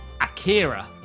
Akira